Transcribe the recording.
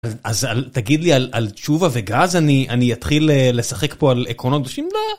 אז תגיד לי, על תשובה וגז אני אני אתחיל לשחק פה על עקרונות? בשביל מה?